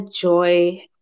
joy